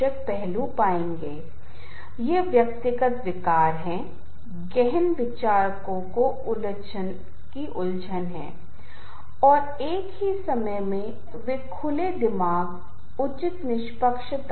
विशिष्टता एक ऐसी चीज है जिसे पोषित किया जाता है जो जारी की जाती है जिसे समझा जाता है सराहना की जाती है और यह अन्य लोगों को प्रभावित करने में मदद करती है